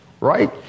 Right